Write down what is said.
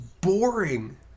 boring